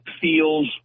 feels